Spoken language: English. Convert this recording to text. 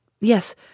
Yes